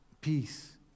peace